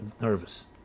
nervous